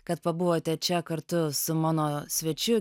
kad pabuvote čia kartu su mano svečiu